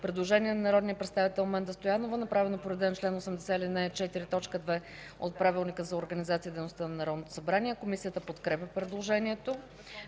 Предложение на народния представител Менда Стоянова, направено по реда на чл. 80, ал. 4, т. 2 от Правилника за организацията и дейността на Народното събрание. Комисията подкрепя предложението.